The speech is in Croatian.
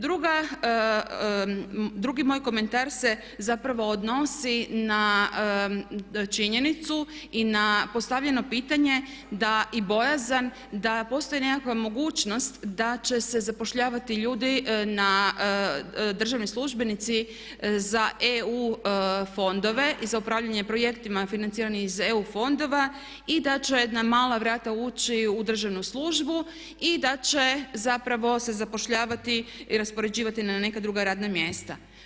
Drugi moj komentar se zapravo odnosi na činjenicu i na postavljeno pitanje da i bojazan da postoji nekakva mogućnost da će se zapošljavati ljudi na državni službenici za EU fondove i za upravljanje projektima financirani iz EU fondova i da će na mala vrata ući u državnu službu i da će zapravo se zapošljavati i raspoređivati na neka druga radna mjesta.